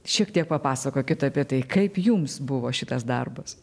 šiek tiek papasakokit apie tai kaip jums buvo šitas darbas